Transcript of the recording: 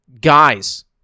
guys